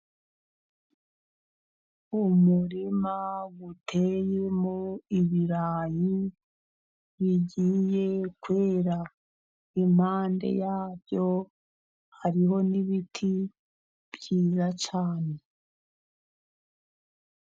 Umurima uteyemo ibirayi bigiye kwera, impande ya byo hariho n'ibiti byiza cyane.